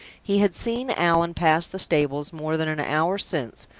he had seen allan pass the stables more than an hour since,